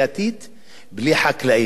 בלי חקלאים, עם תאילנדים,